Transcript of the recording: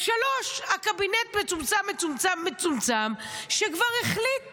3. הקבינט מצומצם-מצומצם-מצומצם, שכבר החליט